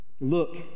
look